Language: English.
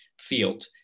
field